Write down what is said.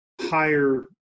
higher